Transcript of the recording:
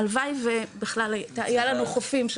הלוואי ובכלל היה לנו חופים,